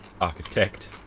Architect